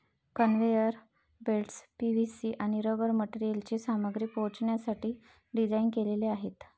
conveyor belts PVC आणि rubber मटेरियलची सामग्री पोहोचवण्यासाठी डिझाइन केलेले आहेत